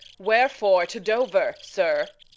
wherefore to dover, sir?